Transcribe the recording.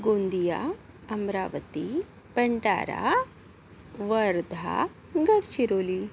Gondia Amravati Bhandara Wardha Gadchiroli